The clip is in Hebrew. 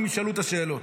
הם ישאלו את השאלות.